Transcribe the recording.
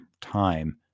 time